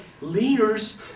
leaders